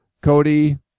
Cody